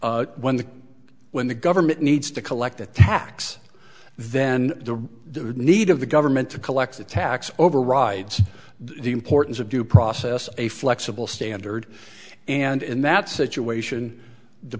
said when the when the government needs to collect the tax then the need of the government to collect a tax overrides the importance of due process a flexible standard and in that situation the